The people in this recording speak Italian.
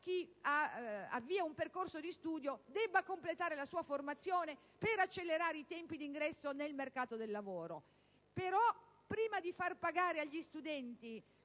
chi avvia un percorso di studio debba completare la sua formazione per accelerare i tempi di ingresso nel mercato del lavoro. Però, prima di far pagare agli studenti